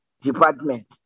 department